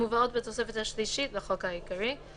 המובאות בתוספות השלישית לחוק העיקרי,